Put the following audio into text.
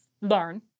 learn